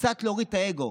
קצת להוריד את האגו.